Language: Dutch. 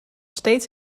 steeds